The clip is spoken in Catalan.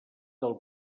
del